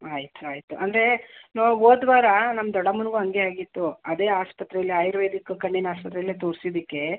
ಆಯ್ತು ಆಯಿತು ಅಂದ್ರೆ ನಾವು ಹೋದ್ವಾರ ನಮ್ಮ ದೊಡ್ಡಮ್ಮನಿಗು ಹಾಗೇ ಆಗಿತ್ತು ಅದೇ ಆಸ್ಪತ್ರೇಲಿ ಆಯುರ್ವೇದಿಕ್ ಕಣ್ಣಿನ ಆಸ್ಪತ್ರೇಲ್ಲೆ ತೋರ್ಸಿದಕ್ಕೇ